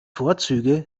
vorzüge